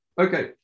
Okay